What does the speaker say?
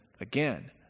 again